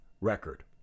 record